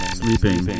sleeping